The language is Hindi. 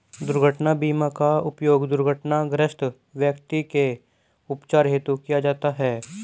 दुर्घटना बीमा का उपयोग दुर्घटनाग्रस्त व्यक्ति के उपचार हेतु किया जाता है